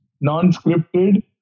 non-scripted